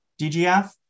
DGF